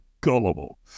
gullible